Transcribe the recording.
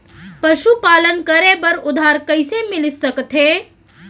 पशुपालन करे बर उधार कइसे मिलिस सकथे?